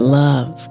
love